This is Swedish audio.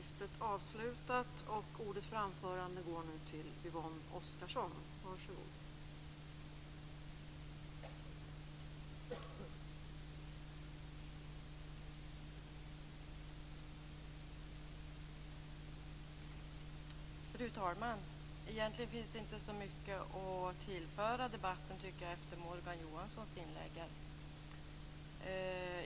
Fru talman! Egentligen finns det inte så mycket att tillföra debatten efter Morgan Johanssons inlägg.